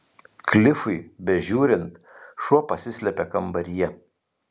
klifui bežiūrint šuo pasislėpė kambaryje